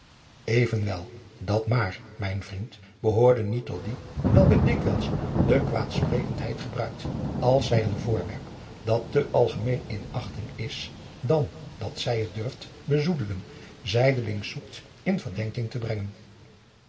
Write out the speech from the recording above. evenwel dat maar mijn vriend behoorde niet tot die welke dikwijls de kwaadsprekendheid gebruikt als zij een voorwerp dat te algemeen in achting is dan dat zij het durft bezoedelen zijdelings zoekt in verdenking te brengen